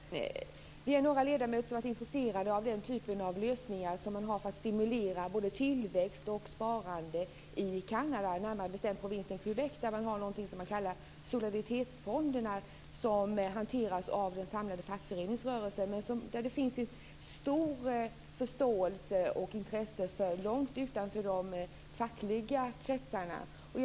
Herr talman! Jag har en fråga till finansministern. Vi är några ledamöter som är intresserade av den typen av lösningar för att stimulera både tillväxt och sparande som man har i Kanada, närmare bestämt i provinsen Quebec. Där har man någonting som man kallar solidaritetsfonder som hanteras av den samlade fackföreningsrörelsen. Det finns en stor förståelse och ett intresse långt utanför de fackliga kretsarna för det här.